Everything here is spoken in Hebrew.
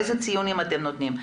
איזה ציונים אתם נותנים?